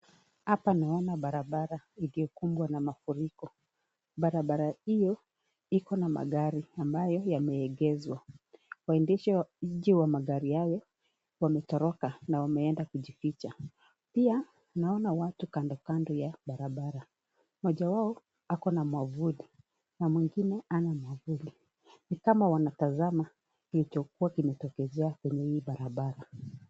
Hapa naona barabara ukikumbwa na mafuriko. Barabara hio ikona magari ambayo yameegezwa, waendeshaji wa magari hayo wametoroka na wameenda kujificha. Pia naona watu kando kando ya barabara moja wao ako na mwavuli na mwingine hana mwavuli. Nikama wanatazama kilichokuwa kimetokezea kwenye hii barabara.